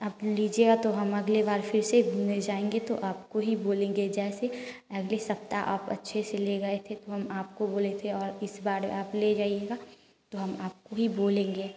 आप लीजिएगा तो हम अगली बार फ़िर से घूमने जाएंगे तो आपको ही बोलेंगे जैसे अगले सप्ताह आप अच्छे से ले गए थे तो हम आपको बोले थे और इस बार आप ले जाइएगा तो हम आपको ही बोलेंगे